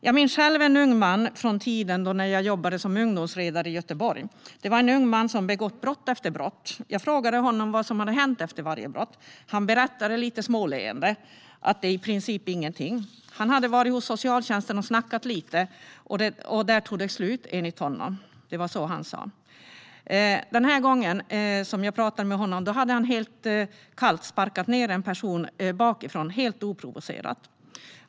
Jag minns själv en ung man från tiden när jag jobbade som ungdomsutredare i Göteborg. Han hade begått brott efter brott. Jag frågade honom vad som hade hänt efter varje brott, och han sa lite småleende: i princip ingenting. Han hade varit hos socialtjänsten och snackat lite, och där tog det slut, sa han. Den gången som jag pratade med honom hade han helt kallt och helt oprovocerat sparkat ned en person bakifrån.